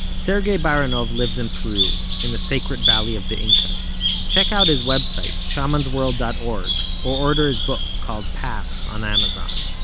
sergey baranov lives in peru, in the sacred valley of the incas. check out his website shamansworld dot org or order his book, called path, on amazon